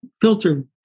filter